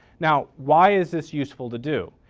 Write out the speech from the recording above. now why is this useful to do?